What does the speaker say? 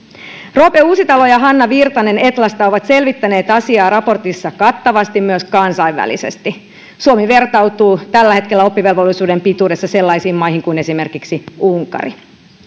roope uusitalo ja hanna virtanen etlasta ovat selvittäneet asiaa raportissa kattavasti myös kansainvälisesti suomi vertautuu tällä hetkellä oppivelvollisuuden pituudessa sellaisiin maihin kuin esimerkiksi unkari